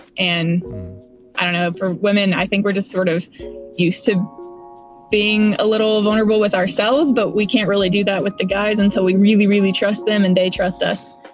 and i don't know for women i think we're just sort of used to being a little vulnerable with ourselves. but we can't really do that with the guys until we really, really trust them and they trust us